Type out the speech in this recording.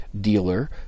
dealer